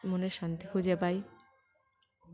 মনের শান্তি খুঁজে পাই